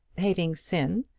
hating sin,